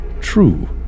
True